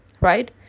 right